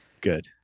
Good